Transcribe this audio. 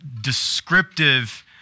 descriptive